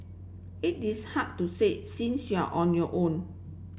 it is hard to say since you're on your own